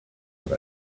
what